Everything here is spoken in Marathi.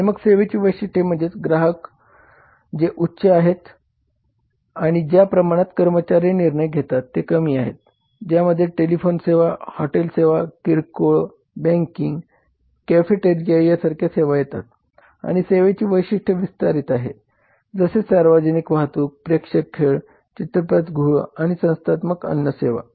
आणि मग सेवेची वैशिष्ट्ये म्हणेज ग्राहक ग्राहक जे उच्च आहेत आणि ज्या प्रमाणात कर्मचारी निर्णय घेतात ते कमी आहे ज्या मध्ये टेलिफोन सेवा हॉटेल सेवा किरकोळ बँकिंग आणि कॅफेटेरिया यांसारख्या सेवा येतात आणि सेवेचे वैशिष्ट्य विस्तारित आहे जसे सार्वजनिक वाहतूक प्रेक्षक खेळ चित्रपटगृह आणि संस्थात्मक अन्न सेवा